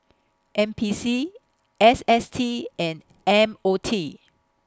N P C S S T and M O T